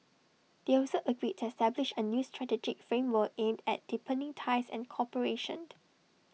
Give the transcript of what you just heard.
they also agreed to establish A new strategic framework aimed at deepening ties and cooperation